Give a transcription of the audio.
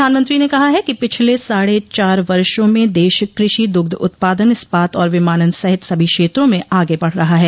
प्रधानमंत्री ने कहा है कि पिछले साढ़े चार वर्षो में देश कृषि दुग्ध उत्पादन इस्पात और विमानन सहित सभी क्षेत्रों में आगे बढ़ रहा है